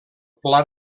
pla